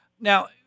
Now